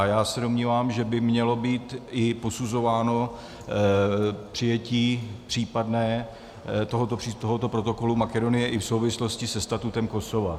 Já se domnívám, že by mělo být i posuzováno přijetí případné tohoto protokolu Makedonie i v souvislosti se statutem Kosova.